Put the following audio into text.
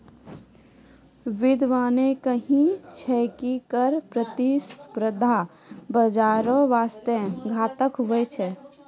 बिद्यबाने कही छै की कर प्रतिस्पर्धा बाजारो बासते घातक हुवै छै